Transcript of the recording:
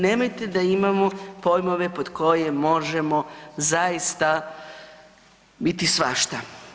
Nemojte da imamo pojmove pod koje možemo zaista biti svašta.